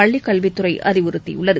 பள்ளிகல்வித்துறை அறிவுறுத்தியுள்ளது